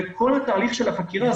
בכל התהליך של החקירה,